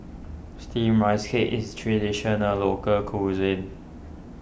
Steamed Rice Cake is Traditional Local Cuisine